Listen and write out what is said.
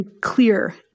clear